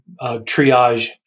triage